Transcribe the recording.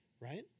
right